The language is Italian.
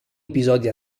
episodi